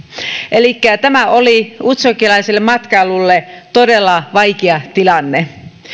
elikkä tämä oli utsjokelaiselle matkailulle todella vaikea tilanne